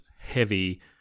heavy